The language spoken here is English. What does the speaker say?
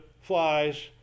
flies